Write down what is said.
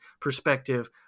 perspective